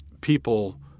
people